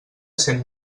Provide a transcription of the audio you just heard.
cent